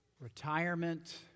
retirement